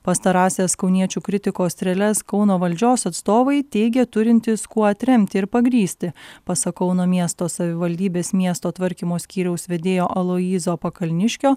pastarąsias kauniečių kritikos strėles kauno valdžios atstovai teigė turintys kuo atremti ir pagrįsti pasak kauno miesto savivaldybės miesto tvarkymo skyriaus vedėjo aloyzo pakalniškio